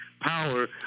power